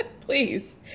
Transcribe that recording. Please